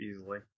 easily